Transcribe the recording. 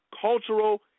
cultural